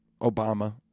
Obama